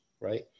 right